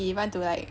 he want to like